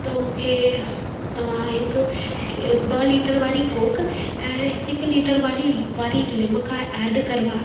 त मूंखे तव्हां हिकु ॿ लीटर वारी कोक ऐं हिकु लीटर वाली वारी लिम्का एड करवा